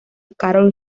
carol